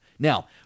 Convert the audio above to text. Now